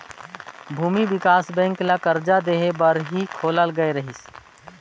भूमि बिकास बेंक ल करजा देहे बर ही खोलल गये रहीस